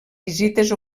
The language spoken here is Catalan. visites